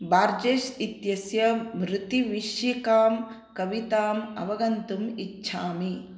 Borges इत्यस्य मृत्तिविषयिकां कविताम् अवगन्तुम् इच्छामि